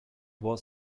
was